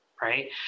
Right